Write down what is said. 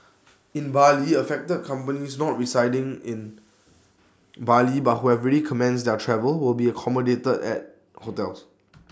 in Bali affected companies not residing in Bali but who have already commenced their travel will be accommodated at hotels